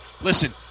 listen